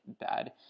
bad